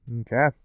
okay